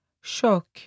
shock